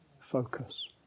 focus